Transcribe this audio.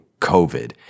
covid